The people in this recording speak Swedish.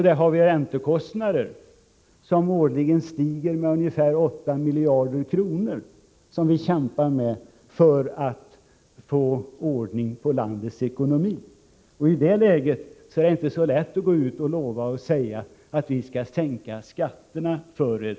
Vi har räntekostnader som årligen stiger med ungefär 8 miljarder kronor, som vi kämpar med, för att få ordning på landets ekonomi. I det läget är det inte så lätt att gå ut till människor och lova att vi skall sänka skatterna för er.